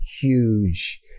huge